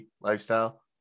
lifestyle